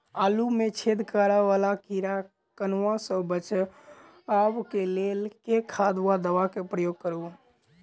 आलु मे छेद करा वला कीड़ा कन्वा सँ बचाब केँ लेल केँ खाद वा दवा केँ प्रयोग करू?